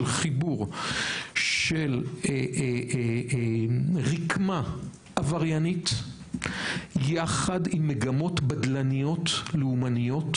של חיבור של רקמה עבריינית יחד עם מגמות בדלניות לאומניות,